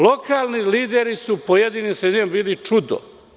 Lokalni lideri su u pojedinim sredinama bili čudo.